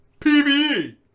PvE